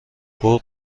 اون